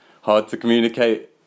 hard-to-communicate